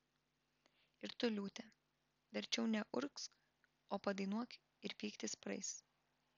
ir tu liūte verčiau neurgzk o padainuok ir pyktis praeis